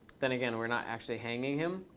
then again, we're not actually hanging him.